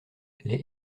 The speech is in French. les